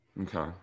Okay